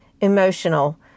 emotional